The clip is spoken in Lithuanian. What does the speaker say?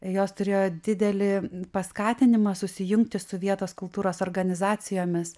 jos turėjo didelį paskatinimą susijungti su vietos kultūros organizacijomis